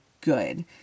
good